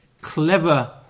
clever